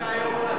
דווקא היום הוא,